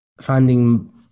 Finding